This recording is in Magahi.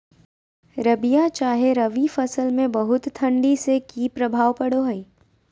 रबिया चाहे रवि फसल में बहुत ठंडी से की प्रभाव पड़ो है?